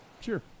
Sure